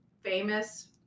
famous